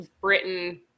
Britain